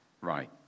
right